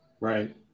Right